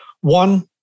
One